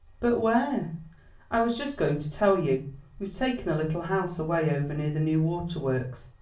but where i was just going to tell you we've taken a little house away over near the new water-works.